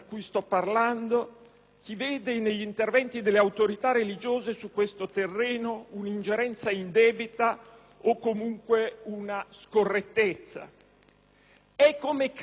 parlando, negli interventi delle autorità religiose su questo terreno un'ingerenza indebita o comunque una scorrettezza. È come cristiano